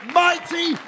mighty